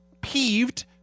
peeved